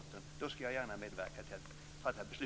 Ett sådant beslut skall jag gärna medverka till.